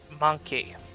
monkey